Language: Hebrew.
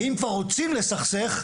ואם כבר רוצים לסכסך,